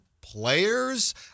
players